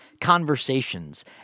conversations